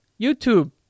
YouTube